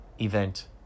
event